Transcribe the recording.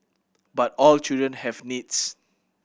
but all children have needs